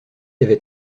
avait